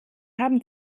haben